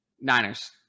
Niners